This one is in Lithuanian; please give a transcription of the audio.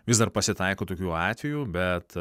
vis dar pasitaiko tokių atvejų bet